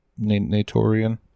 Natorian